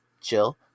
chill